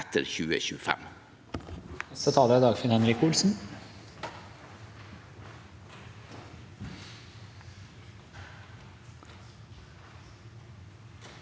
etter 2025.